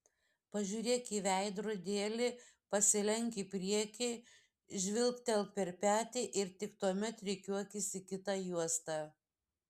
pažiūrėk į veidrodėlį pasilenk į priekį žvilgtelk per petį ir tik tuomet rikiuokis į kitą juostą